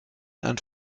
and